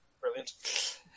Brilliant